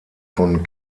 von